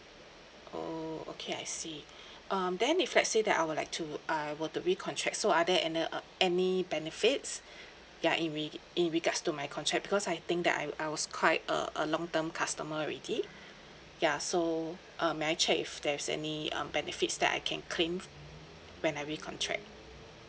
oh okay I see um then if let's say that I would like to I were to recontract so are there anu~ any benefits ya in re~ in regards to my contract because I think that I'm I was quite a a long term customer already ya so um may I check if there's any um benefits that I can claim when I recontract